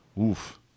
oof